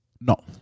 No